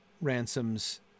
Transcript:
Ransom's